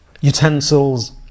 utensils